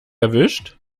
erwischt